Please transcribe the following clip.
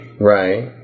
right